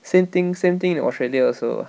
same thing same thing in australia also